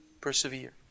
persevere